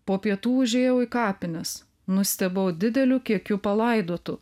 po pietų užėjau į kapines nustebau dideliu kiekiu palaidotų